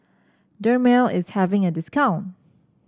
Dermale is having a discount